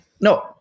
No